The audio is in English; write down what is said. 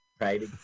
right